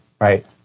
Right